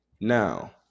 Now